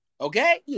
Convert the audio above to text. Okay